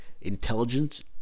intelligence